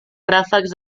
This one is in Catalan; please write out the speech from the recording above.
ràfecs